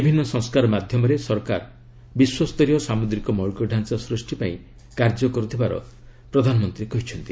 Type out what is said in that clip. ବିଭିନ୍ନ ସଂସ୍କାର ମାଧ୍ୟମରେ ସରକାର ବିଶ୍ୱସ୍ତରୀୟ ସାମୁଦ୍ରିକ ମୌଳିକ ଢାଞ୍ଚା ସୃଷ୍ଟି ପାଇଁ କାର୍ଯ୍ୟ କରୁଥିବାର ପ୍ରଧାନମନ୍ତ୍ରୀ କହିଛନ୍ତି